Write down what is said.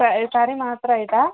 കറി മാത്രമായിട്ടാണ്